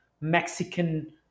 Mexican